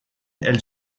elle